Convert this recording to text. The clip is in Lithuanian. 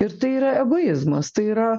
ir tai yra egoizmas tai yra